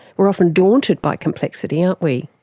we're often daunted by complexity, aren't we.